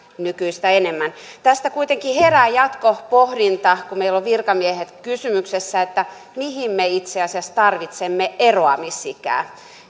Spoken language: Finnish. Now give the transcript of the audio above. nykyistä enemmän tästä kuitenkin herää jatkopohdinta kun meillä on virkamiehet kysymyksessä mihin me itse asiassa tarvitsemme eroamisikää